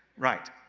right.